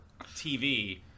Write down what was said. TV